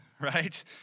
Right